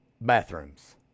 bathrooms